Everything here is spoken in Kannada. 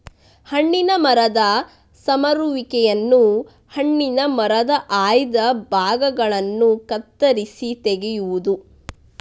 ಹಣ್ಣಿನ ಮರದ ಸಮರುವಿಕೆಯನ್ನು ಹಣ್ಣಿನ ಮರದ ಆಯ್ದ ಭಾಗಗಳನ್ನು ಕತ್ತರಿಸಿ ತೆಗೆಯುವುದು